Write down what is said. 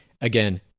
Again